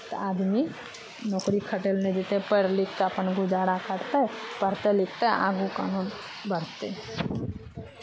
तऽ आदमी नौकरी खटय लेल नहि जेतै पढ़ि लिखि कऽ अपन गुजारा करतै पढ़तै लिखतै आगू काम बढ़तै